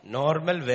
normal